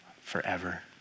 forever